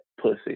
pussy